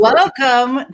Welcome